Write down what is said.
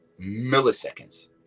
Milliseconds